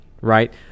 right